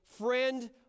Friend